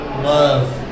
love